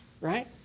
right